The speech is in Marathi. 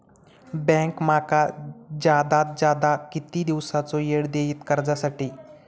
बँक माका जादात जादा किती दिवसाचो येळ देयीत कर्जासाठी?